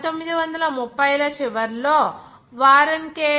1930 ల చివర లో వారెన్ కె